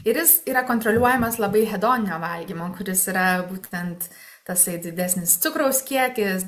ir jis yra kontroliuojamas labai hedoninio valgymo kuris yra būtent tasai didesnis cukraus kiekis